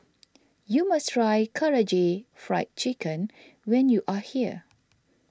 you must try Karaage Fried Chicken when you are here